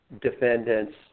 defendants